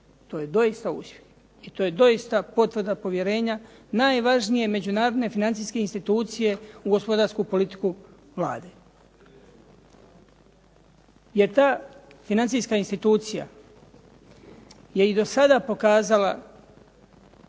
To je doista uspjeh i to je doista potvrda povjerenja najvažnije međunarodne financijske institucije u gospodarsku politiku Vlade. Jer ta financijska institucija je i do sada pokazala